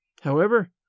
However